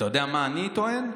לא, אתה יודע מה אני טוען?